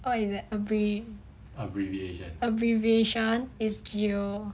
what is that abbrev~ abbreviation is G_O